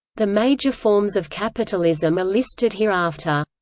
the major forms of capitalism are listed hereafter